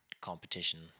Competition